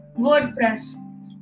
WordPress